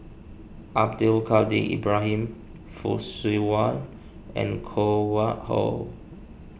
Abdul Kadir Ibrahim Fock Siew Wah and Koh Nguang How